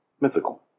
Mythical